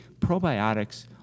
probiotics